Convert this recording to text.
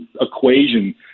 equation